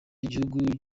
igihugu